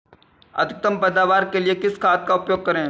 अधिकतम पैदावार के लिए किस खाद का उपयोग करें?